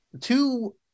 Two